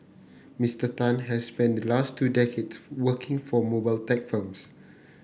Mister Tan has spent last two decades working for mobile tech firms